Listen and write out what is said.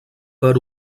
per